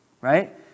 right